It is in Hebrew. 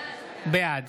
בעד